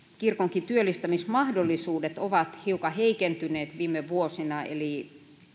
kirkonkin työllistämismahdollisuudet ovat hiukan heikentyneet viime vuosina eli